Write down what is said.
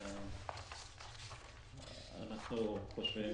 אנחנו חושבים